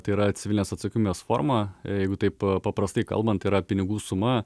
tai yra civilinės atsakomybės forma jeigu taip paprastai kalbant tai yra pinigų suma